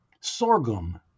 sorghum